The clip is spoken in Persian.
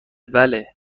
بله